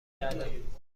کردم